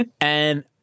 And-